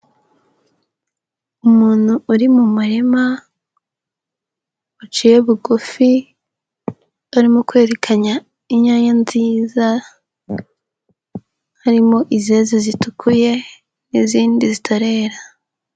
Umuntu uri mu mahema waciye bugufi, arimo kwerekanya inyanya nziza harimo izeze zitukuye n'izindi zitarera.